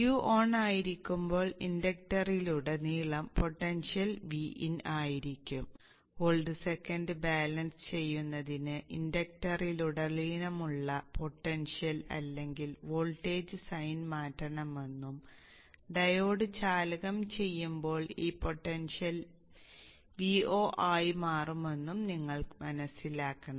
Q on ആയിരിക്കുമ്പോൾ ഇൻഡക്ടറിലുടനീളം potential Vin ആയിരിക്കും വോൾട്ട് സെക്കൻഡ് ബാലൻസ് ചെയ്യുന്നതിന് ഇൻഡക്ടറിലുടനീളമുള്ള പൊട്ടൻഷ്യൽ അല്ലെങ്കിൽ വോൾട്ടേജ് സൈൻ മാറ്റണമെന്നും ഡയോഡ് ചാലകം ചെയ്യുമ്പോൾ ഈ പൊട്ടൻഷ്യൽ Vo ആയി മാറുമെന്നും നിങ്ങൾ മനസ്സിലാക്കണം